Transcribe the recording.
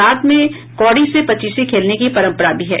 रात में कौड़ी से पचीसी खेलने की परंपरा भी है